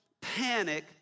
panic